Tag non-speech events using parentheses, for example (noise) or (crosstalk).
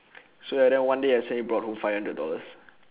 (breath) so and then one day I suddenly brought home five hundred dollars